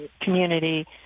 community